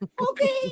Okay